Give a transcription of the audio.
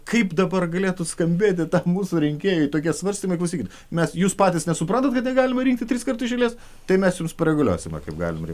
kaip dabar galėtų skambėti ta mūsų rinkėjų tokie svarstymai klausykit mes jūs patys nesupratat kada galima rinkti triskart iš eilės tai mes jums pareguliuosime kaip galima rinkt